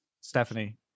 Stephanie